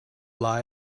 lie